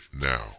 now